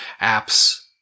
apps